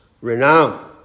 renowned